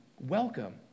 welcome